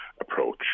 approach